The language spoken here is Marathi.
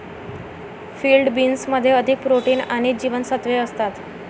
फील्ड बीन्समध्ये अधिक प्रोटीन आणि जीवनसत्त्वे असतात